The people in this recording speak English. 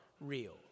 real